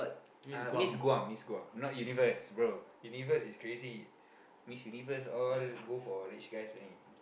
ah Miss Guam Miss Guam not universe bro universe is crazy Miss Universe all go for rich guys only